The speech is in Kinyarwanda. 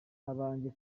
abanjye